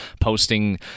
posting